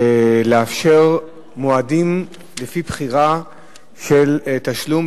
לאפשר מועדים לפי בחירה לתשלום